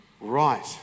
Right